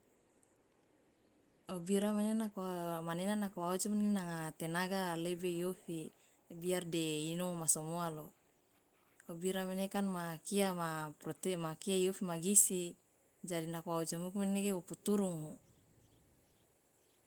Obira mane nako manena nako wa ojomo ne nanga tenaga lebi iofi biar de inomo masomoa lo obira mane kan ma kia ma ma kia iofi ma gizi jadi nako wa ojomuku manege wo puturungu.